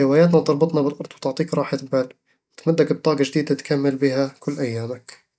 هواياتنا تربطنا بالأرض وتعطيك راحة بال، وتمدك بطاقة جديدة تكمل بها كل أيامك